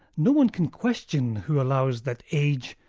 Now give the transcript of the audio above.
no-one can question who allows that age,